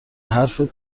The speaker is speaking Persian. حرفت